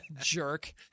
Jerk